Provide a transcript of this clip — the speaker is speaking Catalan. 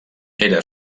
era